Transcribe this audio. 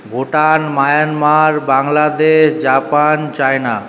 Bhutan Myanmar Bangladesh Japan China